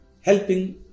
helping